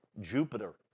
Jupiter